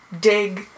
dig